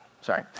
Sorry